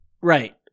Right